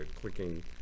clicking